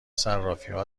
صرافیها